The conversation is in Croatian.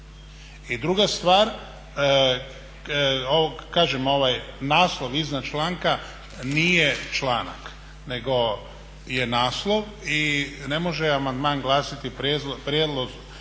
kažem ovaj naslov iznad članka nije članak, nego je naslov i ne može amandman glasiti: "Prijelaznu